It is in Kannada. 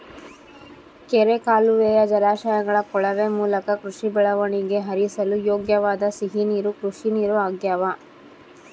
ಕೆರೆ ಕಾಲುವೆಯ ಜಲಾಶಯಗಳ ಕೊಳವೆ ಮೂಲಕ ಕೃಷಿ ಬೆಳೆಗಳಿಗೆ ಹರಿಸಲು ಯೋಗ್ಯವಾದ ಸಿಹಿ ನೀರು ಕೃಷಿನೀರು ಆಗ್ಯಾವ